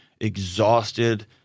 exhausted